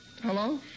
Hello